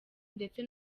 ndetse